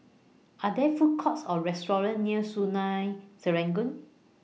Are There Food Courts Or restaurants near Sungei Serangoon